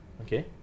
okay